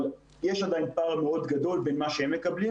אבל עדיין יש פער גדול מאוד בין מה שהם מקבלים